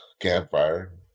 campfire